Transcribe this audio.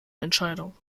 entscheidung